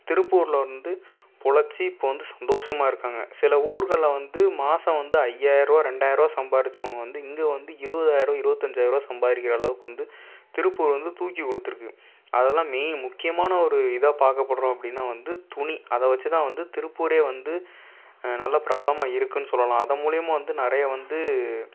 திருப்பூரில் வந்து பிழச்சி இப்போ வந்து சந்தோஷமாக இருக்காங்க சில ஊர்களில் வந்து மாசம் வந்து ஐயாயிரரூபா இரண்டாயிரூபா சம்பாரிச்சவங்க வந்து இங்கே வந்து இருபதாயிர ரூபா இருபத்தஞ்சாயிர ரூபா சம்பாதிக்கிற அளவுக்கு வந்து திருப்பூர் வந்து தூக்கிக்கொடுத்துருக்கு அதெலாம் மெயின் முக்கியமான ஒரு இதாப் பார்க்கப்பட்றோம் அப்படினா வந்து துணி அதை வச்சு தான் வந்து திருப்பூரே வந்து நல்லப் பிரபலமான இருக்குதுனு சொல்லலாம் அதை மூலிமா வந்து நிறைய வந்து